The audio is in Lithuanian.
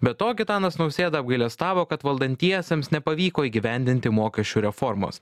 be to gitanas nausėda apgailestavo kad valdantiesiems nepavyko įgyvendinti mokesčių reformos